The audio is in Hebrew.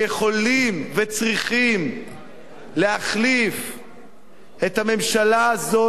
ויכולים וצריכים להחליף את הממשלה הזאת,